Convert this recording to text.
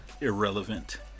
irrelevant